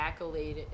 accoladed